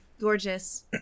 gorgeous